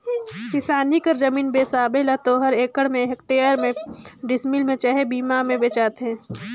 किसानी कर जमीन बेसाबे त ओहर एकड़ में, हेक्टेयर में, डिसमिल में चहे बीघा में बेंचाथे